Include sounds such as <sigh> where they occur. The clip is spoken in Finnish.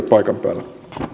<unintelligible> paikan päällä